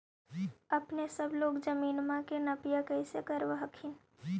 अपने सब लोग जमीनमा के नपीया कैसे करब हखिन?